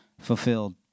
fulfilled